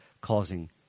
causing